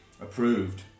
approved